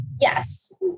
Yes